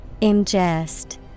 Ingest